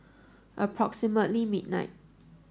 approximately midnight